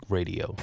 Radio